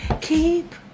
Keep